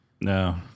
No